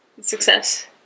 success